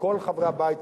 מבין כל חברי הבית,